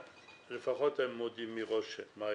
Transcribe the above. לפחות הם מודים מראש מה היכולת.